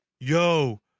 yo